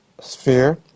sphere